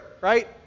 right